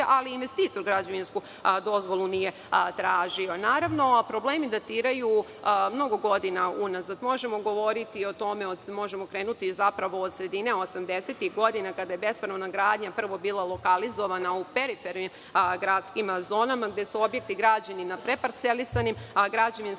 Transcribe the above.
ali investitor građevinsku dozvolu nije tražio. Naravno, problemi datiraju mnogo godina unazad. Možemo govoriti o tome, možemo krenuti zapravo od sredine osamdesetih godina kada je bespravna gradnja prvo bila lokalizovana u perifernim gradskim zonama gde su objekti građeni na preparcelisanim građevinskim